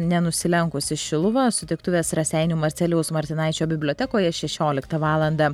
nenusilenkusi šiluva sutiktuvės raseinių marcelijaus martinaičio bibliotekoje šešioliktą valandą